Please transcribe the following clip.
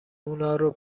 اونارو